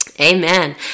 Amen